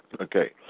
Okay